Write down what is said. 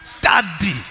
Daddy